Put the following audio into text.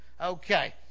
Okay